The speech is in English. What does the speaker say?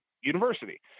university